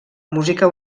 música